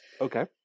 Okay